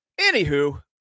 anywho